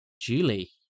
julie